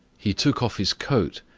he took off his coat,